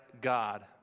God